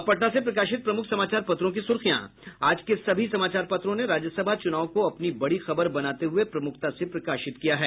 अब पटना से प्रकाशित प्रमुख समाचार पत्रों की सुर्खियां आज के सभी समाचार पत्रों ने राज्यसभा चुनाव को अपनी बड़ी खबर बनाते हुये प्रमुखता से प्रकाशित किया है